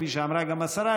כפי שאמרה גם השרה,